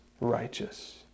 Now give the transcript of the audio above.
righteous